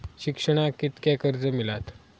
शिक्षणाक कीतक्या कर्ज मिलात?